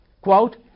Quote